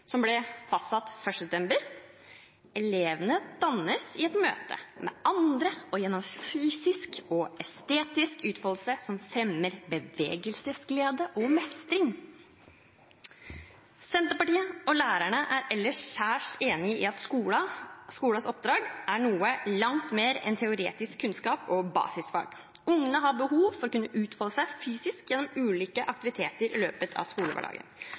som ble fastsatt 1. september: «Elevene dannes i møte med andre og gjennom fysisk og estetisk utfoldelse som fremmer bevegelsesglede og mestring.» Senterpartiet og lærerne er ellers særs enig i at skolens oppdrag er noe langt mer enn teoretisk kunnskap og basisfag. Ungene har behov for å kunne utfolde seg fysisk gjennom ulike aktiviteter i løpet av skolehverdagen.